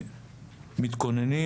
מתכוננים